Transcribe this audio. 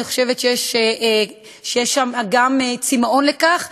אני חושבת שיש שם צימאון לכך,